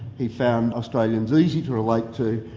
he found australians easy to relate to,